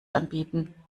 anbieten